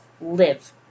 live